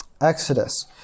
Exodus